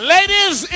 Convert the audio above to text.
Ladies